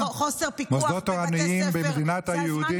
מוסדות תורניים במדינת היהודים זה לא בסדר?